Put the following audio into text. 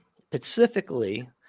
specifically